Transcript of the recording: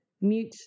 mute